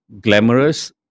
glamorous